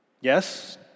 Yes